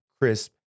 Crisp